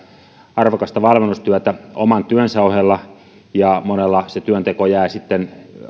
arvokasta valmennustyötä oman työnsä ohella ja monella työnteko jää sitten